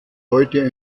heute